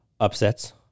upsets